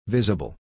Visible